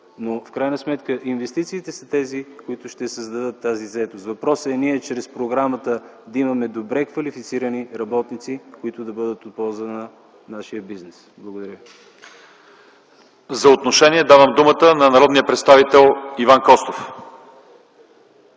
но в крайна сметка инвестициите са тези, които ще създадат заетостта. Въпросът е чрез програмата да имаме добре квалифицирани работници, които да бъдат от полза за нашия бизнес. Благодаря ви. ПРЕДСЕДАТЕЛ ЛЪЧЕЗАР ИВАНОВ: За отношение давам думата на народния представител Иван Костов.